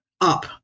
up